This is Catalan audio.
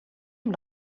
amb